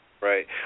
Right